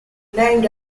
named